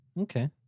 Okay